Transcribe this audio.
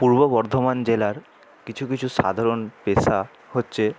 পূর্ব বর্ধমান জেলার কিছু কিছু সাধারণ পেশা হচ্ছে